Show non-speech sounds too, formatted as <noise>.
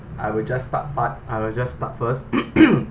I will just start but I will just start first <coughs>